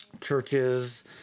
churches